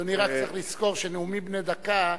אדוני רק צריך לזכור שנאומים בני דקה,